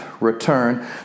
return